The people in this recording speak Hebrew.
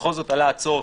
בכל זאת עלה הצורך,